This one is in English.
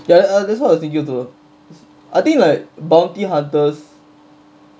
ya that's what I was thinking also I think like bounty hunters